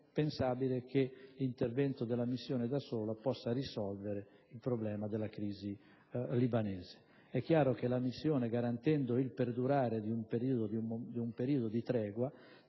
pensabile che l'intervento della missione da sola possa risolvere la crisi libanese. È chiaro che la missione, garantendo il perdurare di un periodo di tregua,